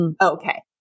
Okay